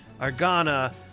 Argana